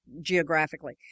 geographically